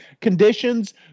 conditions